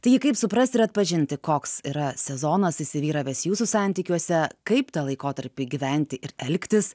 taigi kaip suprast ir atpažinti koks yra sezonas įsivyravęs jūsų santykiuose kaip tą laikotarpį gyventi ir elgtis